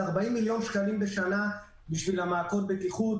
על 40 מיליון שקלים בשנה בשביל מעקות בטיחות,